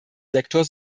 sektor